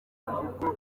kuko